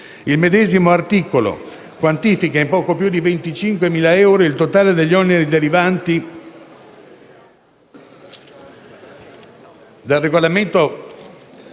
Il medesimo articolo quantifica in poco più di 25.000 euro il totale degli oneri derivanti dal Regolamento